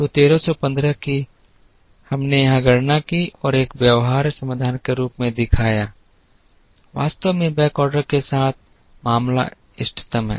तो 1315 कि हमने यहां गणना की और एक व्यवहार्य समाधान के रूप में दिखाया वास्तव में बैकऑर्डर के साथ मामला इष्टतम है